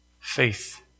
faith